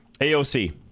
AOC